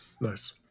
Nice